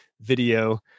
video